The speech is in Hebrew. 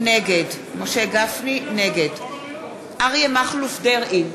נגד אריה מכלוף דרעי,